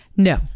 No